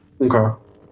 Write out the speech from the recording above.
Okay